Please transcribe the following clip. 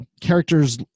characters